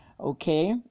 okay